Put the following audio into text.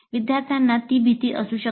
विद्यार्थ्यांना ती भीती असू शकते